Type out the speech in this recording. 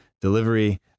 delivery